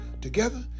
Together